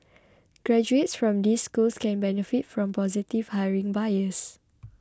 graduates from these schools can benefit from positive hiring bias